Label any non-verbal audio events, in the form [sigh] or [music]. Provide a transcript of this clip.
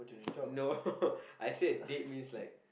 no [laughs] I said date means like